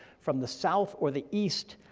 from the south or the east,